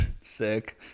sick